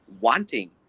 wanting